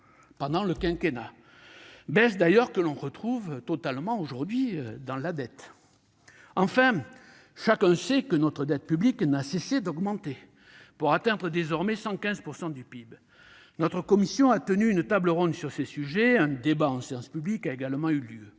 -durant ce quinquennat, baisse que l'on retrouve aujourd'hui dans la dette. Chacun sait que notre dette publique n'a cessé d'augmenter : elle atteint désormais 115 % du PIB. Notre commission a tenu une table ronde sur ces sujets, alors qu'un débat en séance publique a également eu lieu.